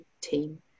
team